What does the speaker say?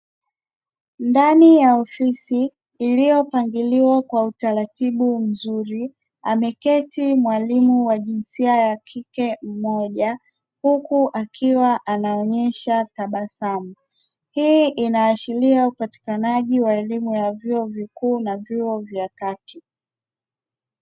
Ndani ya ofisi iliyopangiliwa vizuri ameketi mwalimu wa jinsia ya kike mmoja huku akiwa anaonyesha tabasamu, hii inaashiria upatikanaji wa elimu ya vyuo vikuu na vyuo vya kati.